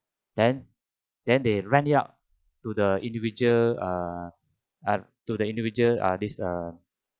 then then they rent it out to the individual err to the individual err this err